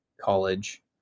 college